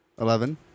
Eleven